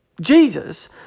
Jesus